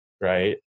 Right